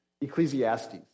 Ecclesiastes